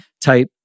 type